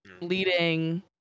leading